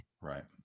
Right